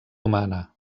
humana